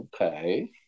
okay